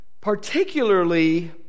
Particularly